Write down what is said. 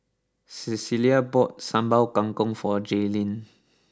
Clella bought Sambal Kangkong for Jailyn